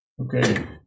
Okay